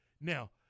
Now